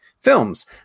films